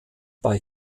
bei